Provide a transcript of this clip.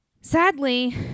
Sadly